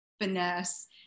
finesse